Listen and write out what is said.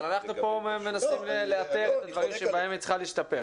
אבל אנחנו פה מנסים לאתר את הדברים שבהם היא צריכה להשתפר.